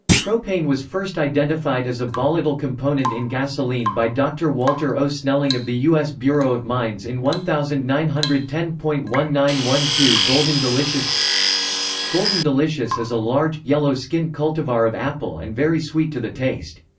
propane was first identified as a volatile component in gasoline by dr. walter o. snelling of the u s. bureau of mines in one thousand nine hundred and ten point one nine one two golden delicious golden delicious is a large, yellow skinned cultivar of apple and very sweet to the taste.